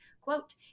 quote